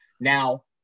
now